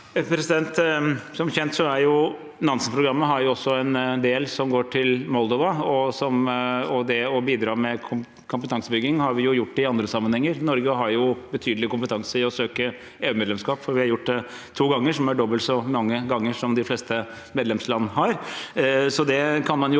Sakene nr. 16–19 2023 Moldova, og det å bidra med kompetansebygging har vi gjort i andre sammenhenger. Norge har jo betydelig kompetanse i å søke EUmedlemskap, for vi har gjort det to ganger, som er dobbelt så mange ganger som de fleste medlemsland har.